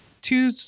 two